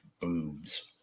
boobs